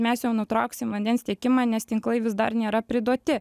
mes jau nutrauksim vandens tiekimą nes tinklai vis dar nėra priduoti